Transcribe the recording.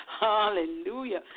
Hallelujah